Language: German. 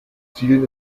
zielen